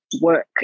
work